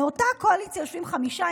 מאותה קואליציה יושבים חמישה,